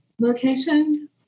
location